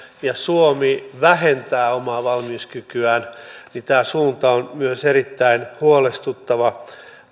ja suomi vähentää omaa valmiuskykyään niin tämä suunta on myös erittäin huolestuttava